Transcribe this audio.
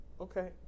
Okay